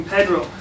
Pedro